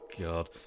God